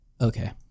Okay